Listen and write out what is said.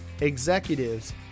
executives